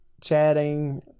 chatting